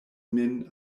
min